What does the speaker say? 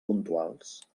puntuals